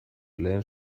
lehen